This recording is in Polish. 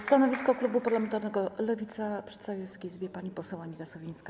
Stanowisko klubu parlamentarnego Lewica przedstawi Wysokiej Izbie pani poseł Anita Sowińska.